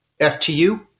FTU